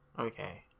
okay